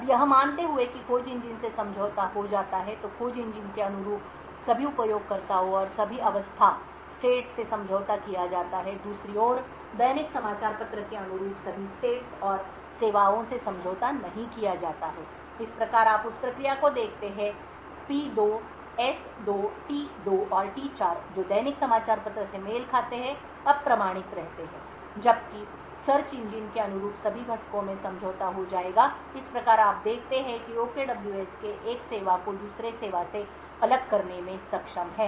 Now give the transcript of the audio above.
अब यह मानते हुए कि खोज इंजन से समझौता हो जाता है तो खोज इंजन के अनुरूप सभी उपयोगकर्ताओं और सभी अवस्था से समझौता किया जाता है दूसरी ओर दैनिक समाचार पत्र के अनुरूप सभी states और सेवाओं से समझौता नहीं किया जाता है इस प्रकार आप उस प्रक्रिया को देखते हैं P2 S2 T2 और T4 जो दैनिक समाचार पत्र से मेल खाते हैं अप्रमाणित रहते हैं जबकि सर्च इंजन के अनुरूप सभी घटकों में समझौता हो जाएगा इस प्रकार आप देखते हैं कि OKWS एक सेवा को दूसरे से अलग करने में सक्षम है